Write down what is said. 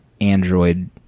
android